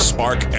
Spark